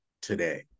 today